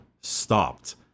stopped